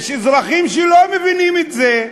יש אזרחים שלא מבינים את זה.